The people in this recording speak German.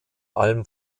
allem